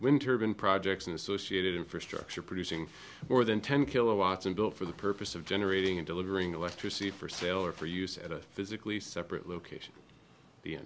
winter been projects and associated infrastructure producing more than ten kilowatts and built for the purpose of generating and delivering electricity for sale or for use at a physically separate location